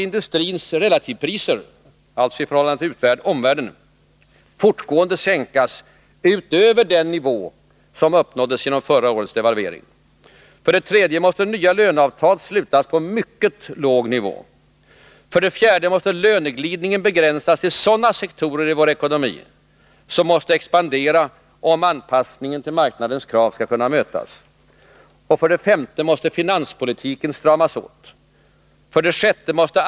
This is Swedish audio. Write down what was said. Industrins relativpriser — alltså i förhållande till omvärlden — måste fortgående sänkas utöver den nivå som uppnåddes genom förra höstens devalvering. 3. Nya löneavtal måste slutas på mycket låg nivå. 4. Löneglidningen måste begränsas till sådana sektorer i vår ekonomi vilka måste expandera om anpassningen till marknadens krav skall kunna mötas. 5. Finanspolitiken måste stramas åt. 6.